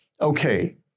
Okay